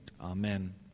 Amen